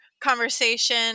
conversation